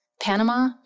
Panama